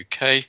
uk